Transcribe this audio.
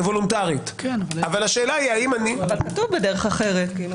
כתוב: בדרך אחרת.